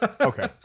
Okay